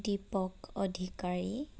Dipak Adhikari